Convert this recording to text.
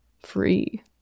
free